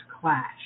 clash